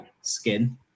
skin